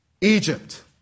Egypt